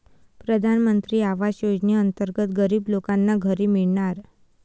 प्रधानमंत्री आवास योजनेअंतर्गत गरीब लोकांना घरे मिळणार